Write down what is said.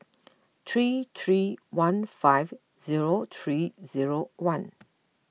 three three one five zero three zero one